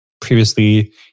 previously